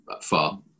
far